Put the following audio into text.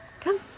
Come